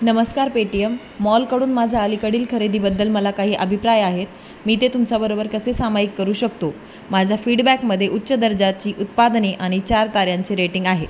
नमस्कार पेटीएम मॉलकडून माझं अलीकडील खरेदीबद्दल मला काही अभिप्राय आहेत मी ते तुमच्याबरोबर कसे सामायिक करू शकतो माझ्या फीडबॅकमध्ये उच्च दर्जाची उत्पादने आणि चार ताऱ्यांचे रेटिंग आहे